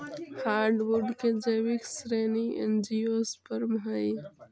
hardwood के जैविक श्रेणी एंजियोस्पर्म हइ